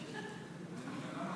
שמתם לב?